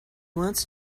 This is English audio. wants